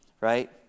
Right